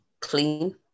clean